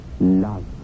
Love